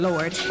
Lord